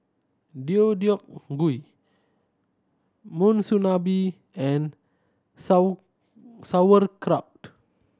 Deodeok Gui Monsunabe and Sauerkraut